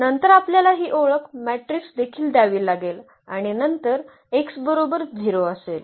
नंतर आपल्याला ही ओळख मॅट्रिक्स देखील द्यावी लागेल आणि नंतर x बरोबर 0 असेल